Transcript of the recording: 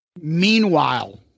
Meanwhile